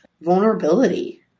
vulnerability